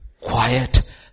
quiet